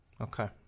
okay